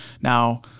Now